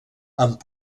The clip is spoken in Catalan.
amb